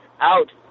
out